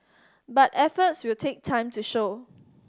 but efforts will take time to show